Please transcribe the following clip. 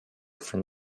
from